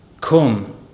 come